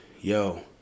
Yo